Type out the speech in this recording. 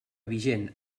vigent